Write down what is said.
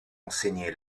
enseigné